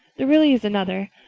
there really is another.